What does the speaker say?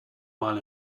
mal